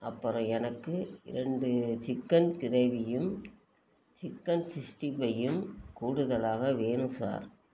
அப்புறம் எனக்கு ரெண்டு சிக்கன் கிரேவியும் சிக்கன் சிக்ஸ்டி ஃபையும் கூடுதலாக வேணும் சார்